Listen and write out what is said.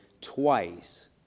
twice